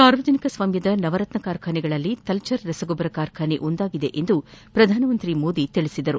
ಸಾರ್ವಜನಿಕ ಸಾಮ್ಯದ ನವರತ್ನ ಕಾರ್ಖಾನೆಗಳಲ್ಲಿ ತಲ್ಟಾರ್ ರಸಗೊಬ್ಬರ ಕಾರ್ಖಾನೆ ಒಂದಾಗಿದೆ ಎಂದು ಪ್ರಧಾನಮಂತ್ರಿ ಮೋದಿ ತಿಳಿಸಿದರು